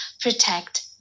protect